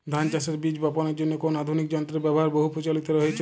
ধান চাষের বীজ বাপনের জন্য কোন আধুনিক যন্ত্রের ব্যাবহার বহু প্রচলিত হয়েছে?